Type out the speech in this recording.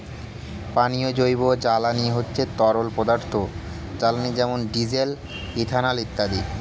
পানীয় জৈব জ্বালানি হচ্ছে তরল পদার্থ জ্বালানি যেমন ডিজেল, ইথানল ইত্যাদি